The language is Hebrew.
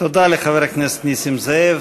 תודה לחבר הכנסת נסים זאב.